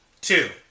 Two